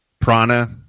prana